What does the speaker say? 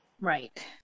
Right